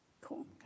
Cool